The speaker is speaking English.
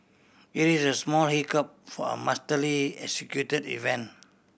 it is a small hiccup for a masterly executed event